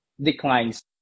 declines